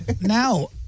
Now